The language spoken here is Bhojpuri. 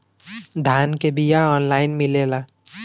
धान के बिया ऑनलाइन मिलेला?